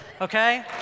okay